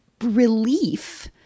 relief